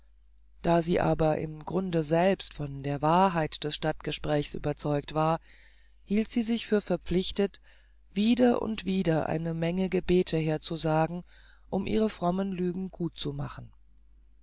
da sie aber im grunde selbst von der wahrheit des stadtgesprächs überzeugt war hielt sie sich für verpflichtet wieder und wieder eine menge gebete herzusagen um ihre frommen lügen gut